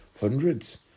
hundreds